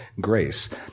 grace